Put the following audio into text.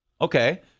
Okay